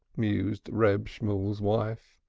mused reb shemuel's wife.